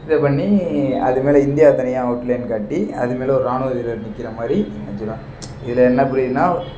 இதைப் பண்ணி அது மேல் இந்தியா தனியாக அவுட் லைன் காட்டி அது மேலே ஒரு ராணுவ வீரர் நிற்கிற மாதிரி நினைச்சுக்குவேன் இதில் என்ன புரியுதுன்னால்